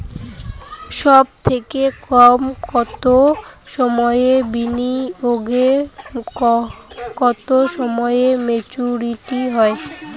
সবথেকে কম কতো সময়ের বিনিয়োগে কতো সময়ে মেচুরিটি হয়?